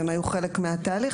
והם היו חלק מהתהליך.